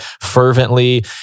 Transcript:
fervently